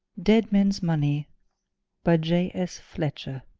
dead men's money by j s. fletcher